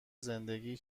زندگی